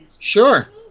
Sure